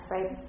Right